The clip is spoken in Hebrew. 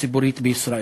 הציבורית בישראל,